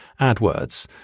AdWords